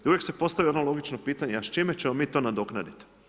I uvijek se postavlja ono logično pitanje a s čime ćemo mi to nadoknaditi.